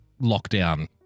lockdown